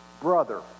brother